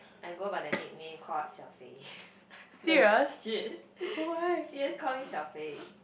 I go by the nickname called Xiao-Fei legit C_S call me Xiao-Fei